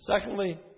Secondly